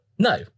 No